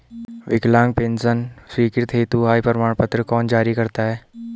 विकलांग पेंशन स्वीकृति हेतु आय प्रमाण पत्र कौन जारी करता है?